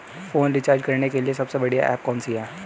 Phone recharge करने के लिए सबसे बढ़िया ऐप कौन सी है?